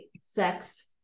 Sex